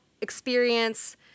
experience